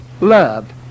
love